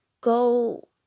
Go